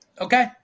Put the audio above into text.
Okay